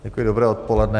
Děkuji, dobré odpoledne.